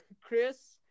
Chris